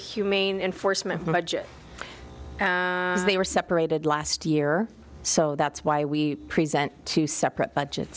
humane enforcement budget they were separated last year so that's why we present two separate budget